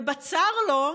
ובצר לו,